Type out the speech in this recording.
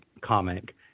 comic